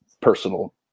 personal